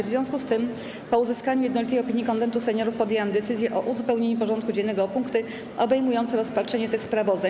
W związku z tym, po uzyskaniu jednolitej opinii Konwentu Seniorów, podjęłam decyzję o uzupełnieniu porządku dziennego o punkty obejmujące rozpatrzenie tych sprawozdań.